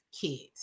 kids